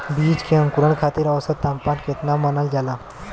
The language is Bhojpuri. बीज के अंकुरण खातिर औसत तापमान केतना मानल जाला?